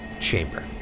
chamber